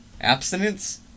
Abstinence